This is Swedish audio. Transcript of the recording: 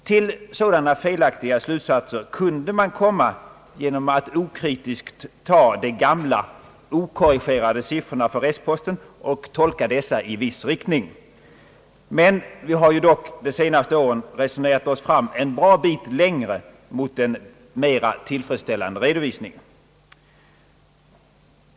Till sådana felaktiga slutsatser kunde man komma genom att okritiskt ta de gamla okorrigerade siffrorna för restposter och tolka dessa i viss riktning. Men vi har ju dock de senaste åren resonerat oss fram en bra bit längre mot en mera tillfredsställande redovisning.